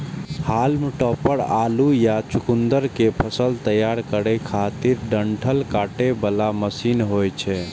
हाल्म topper आलू या चुकुंदर के फसल तैयार करै खातिर डंठल काटे बला मशीन होइ छै